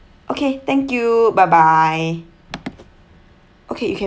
okay thank you bye bye okay you can